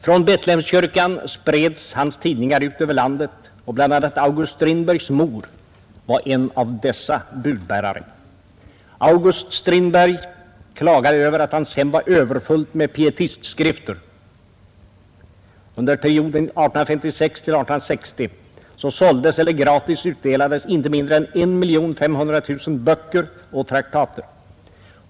Från Betlehemskyrkan spreds hans tidningar ut över landet, och bl.a. Strindbergs mor var en av dessa budbärare. August Strindberg klagade över att hans hem var överfullt med ”pietistskrifter”. Under perioden 1856—1860 såldes eller gratisutdelades inte mindre än 1 500 000 böcker och traktater.